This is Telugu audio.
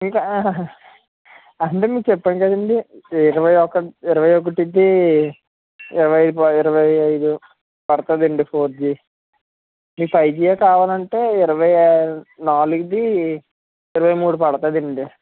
ఇంక అంటే మీకు చెప్పానుకదండీ ఇరవైఒకటి ఇరవైఒకటికి ఇరవై ఐదు ఇరవై ఐదు పడతాదండి ఫోర్ జి మీకు ఫై జి ఏ కావాలంటే ఇరవై నాలుగుది ఇరవై మూడు పడతాదండి